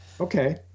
okay